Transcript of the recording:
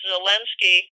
Zelensky